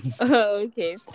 Okay